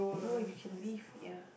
no you can leave yeah